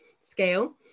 scale